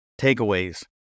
Takeaways